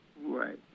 Right